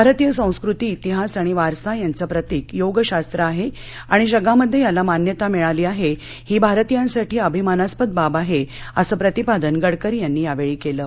भारतीय संस्कृती इतिहास आणि वारसा यांचं प्रतीक योगशास्त्र आहआणि जगामध्यव्याला मान्यता मिळाली आहा ही भारतीयांसाठी अभिमानास्पद बाब आह असं प्रतिपादन गडकरी यांनी यावळी कलि